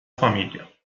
famiglia